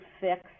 fix